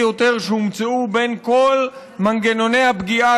ביותר שהומצאו בין כל מנגנוני הפגיעה